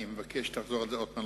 אני מבקש שתחזור על זה עוד הפעם,